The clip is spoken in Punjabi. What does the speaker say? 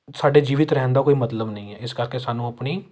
ਸਾਡੇ ਜੀਵਿਤ ਰਹਿਣ ਦਾ ਕੋਈ ਮਤਲਬ ਨਹੀਂ ਹੈ ਇਸ ਕਰਕੇ ਸਾਨੂੰ ਆਪਣੀ